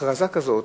הכרזה כזאת,